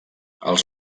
els